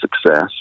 success